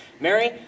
Mary